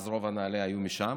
אז רוב הנעל"ה היו משם.